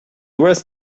was